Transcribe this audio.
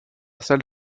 salle